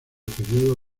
periodo